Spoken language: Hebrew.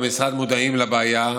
האם תוכלו, אנחנו במשרד מודעים לבעיה.